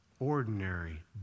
Ordinary